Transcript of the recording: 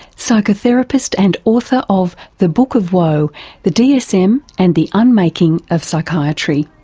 psychotherapist and author of the book of woe the dsm and the unmaking of psychiatry,